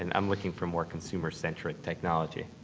and i'm looking for more consumer centric technology.